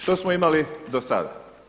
Što smo imali do sada?